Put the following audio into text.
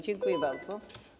Dziękuję bardzo.